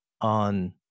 on